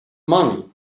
money